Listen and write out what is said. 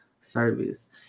service